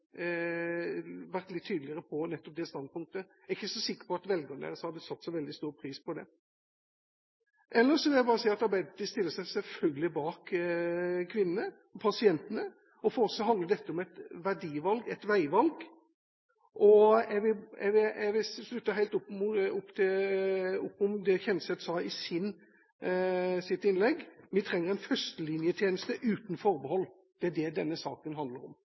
standpunktet. Jeg er ikke så sikker på at velgerne deres hadde satt så veldig stor pris på det. Ellers vil jeg bare si at Arbeiderpartiet selvfølgelig stiller seg bak kvinnene – pasientene. For oss handler dette om et verdivalg, et veivalg. Jeg vil slutte helt opp om det Kjenseth sa i sitt innlegg – vi trenger en førstelinjetjeneste uten forbehold. Det er det denne saken handler om.